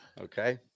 Okay